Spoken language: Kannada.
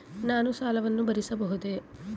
ನಾನು ಸಾಲವನ್ನು ಭರಿಸಬಹುದೇ?